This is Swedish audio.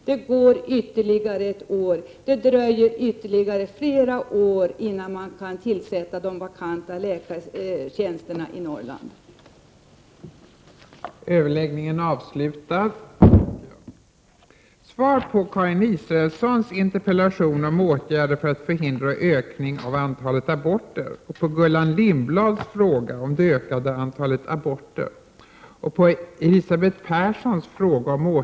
Det går ytterligare ett år, och det dröjer ytterligare flera år innan de vakanta läkartjänsterna i Norrland kan tillsättas.